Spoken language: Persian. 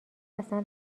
اصلا